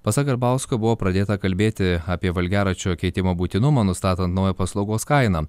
pasak garbausko buvo pradėta kalbėti apie valgiaraščio keitimo būtinumą nustatant naują paslaugos kainą